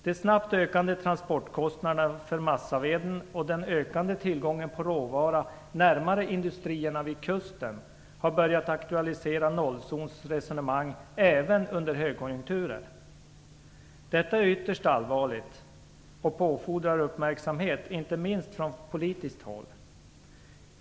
De snabbt ökande transportkostnaderna för massaveden och den ökanden tillgången på råvara närmare industrierna vid kusten har börjat aktualisera nollzonsresonemanget även under högkonjunkturer. Detta är ytterst allvarligt och fordrar uppmärksamhet, inte minst från politiskt håll.